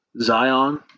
Zion